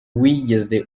wigeze